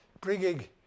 bringing